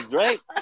right